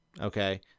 okay